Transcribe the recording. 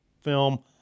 film